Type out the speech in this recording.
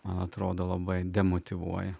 man atrodo labai demotyvuoja